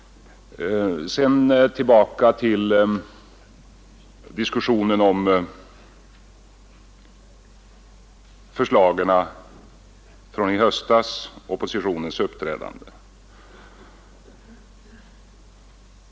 Sedan tillbaka till diskussionen om förslagen från i höstas och oppositionens uppträdande.